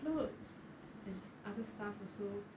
clothes there is other stuffs also